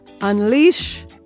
unleash